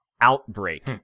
Outbreak